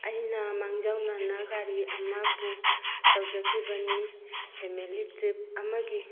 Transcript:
ꯑꯩꯅ ꯃꯥꯡꯖꯧꯅꯅ ꯒꯥꯔꯤ ꯑꯃ ꯕꯨꯛ ꯇꯧꯖꯈꯤꯕꯅꯤ ꯐꯦꯃꯤꯂꯤ ꯇ꯭ꯔꯤꯞ ꯑꯃꯒꯤ